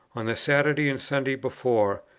on the saturday and sunday before,